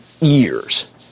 years